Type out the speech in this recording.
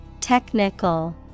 Technical